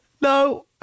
No